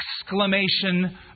exclamation